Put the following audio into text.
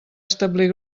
establir